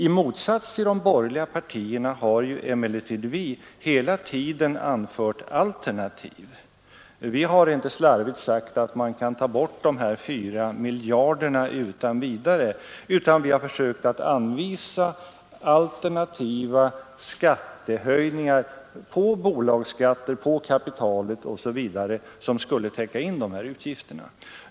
I motsats till de borgerliga partierna har emellertid vi hela tiden anfört alternativ. Vi har inte slarvigt sagt att man skall ta bort dessa 4 miljarder kronor utan vidare, utan vi har försökt anvisa alternativa skattehöjningar — bolagsskatter, beskattning av kapital osv. — som skall täcka in dessa minskningar.